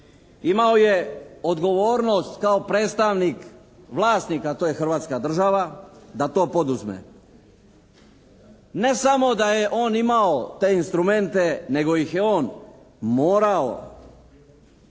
Imao je odgovornost kao predstavnik vlasnika, a to je Hrvatska država da to poduzme. Ne samo da je on imao te instrumente nego ih je on morao